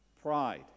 pride